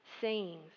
sayings